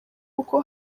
kuko